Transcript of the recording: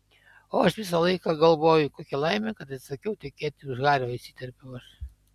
o aš visą laiką galvoju kokia laimė kad atsisakiau tekėti už hario įsiterpiau aš